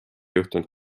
juhtunud